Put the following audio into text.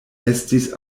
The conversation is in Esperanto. estis